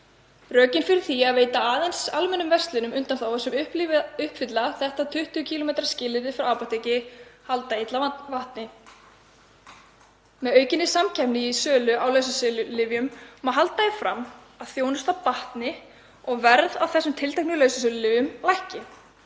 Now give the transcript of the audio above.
Rökin fyrir því að veita aðeins almennum verslunum undanþágu sem uppfylla þetta 20 km skilyrði frá apóteki halda illa vatni. Með aukinni samkeppni í sölu á lausasölulyfjum má halda því fram að þjónustan batni og verð á þessum tilteknu lausasölulyfjum lækki.